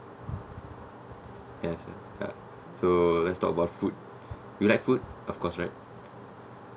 yes ya so let's talk about food you like food of course